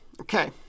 okay